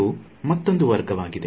ಇವು ಮತ್ತೊಂದು ವರ್ಗವಾಗಿದೆ